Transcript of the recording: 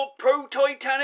Pro-Titanic